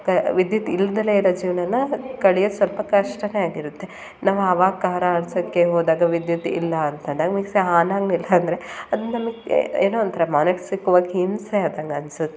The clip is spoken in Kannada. ಕ ವಿದ್ಯುತ್ ಇಲ್ದಲೇ ಇರೋ ಜೀವನನ ಕಳಿಯೋದು ಸ್ವಲ್ಪ ಕಷ್ಟವೇ ಆಗಿರುತ್ತೆ ನಾವು ಆವಾಗ ಖಾರ ಆಡ್ಸೋಕ್ಕೆ ಹೋದಾಗ ವಿದ್ಯುತ್ ಇಲ್ಲ ಅಂತಂದಾಗ ಮಿಕ್ಸಿ ಹಾನ್ ಆಗ್ಲಿಲ್ಲಂದ್ರೆ ಅದು ನಮಗೆ ಏನೋ ಒಂಥರ ಮಾನಸಿಕ್ವಾಗಿ ಹಿಂಸೆ ಆದಂಗೆ ಅನಿಸುತ್ತೆ